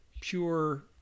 pure